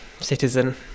citizen